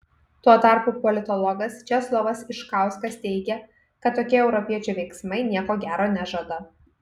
tuo tarpu politologas česlovas iškauskas teigia kad tokie europiečių veiksmai nieko gero nežada